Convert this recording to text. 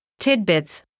tidbits